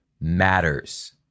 matters